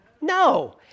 No